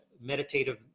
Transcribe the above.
meditative